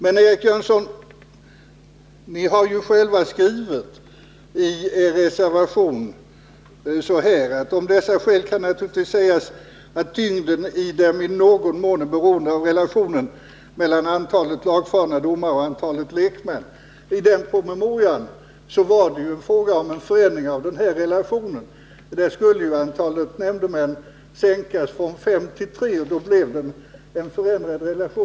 Men, Eric Jönsson, ni har ju själva skrivit i er reservation: ”Om dessa skäl kan naturligtvis sägas att tyngden i dem i någon mån är beroende av relationen mellan antalet lagfarna domare och antalet lekmän.” I den promemorian var det fråga om en förändring av relationen — antalet nämndemän skulle sänkas från fem till tre.